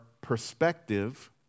perspective